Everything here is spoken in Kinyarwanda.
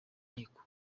nkiko